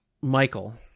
Michael